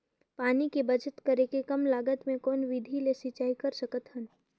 पानी के बचत करेके कम लागत मे कौन विधि ले सिंचाई कर सकत हन?